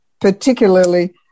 particularly